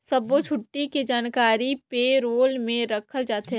सब्बो छुट्टी के जानकारी पे रोल में रखल जाथे